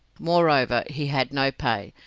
moreover, he had no pay,